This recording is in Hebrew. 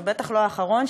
ובטח לא האחרון,